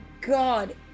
god